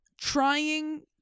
trying